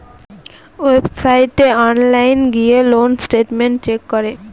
ওয়েবসাইটে অনলাইন গিয়ে loan statement check করে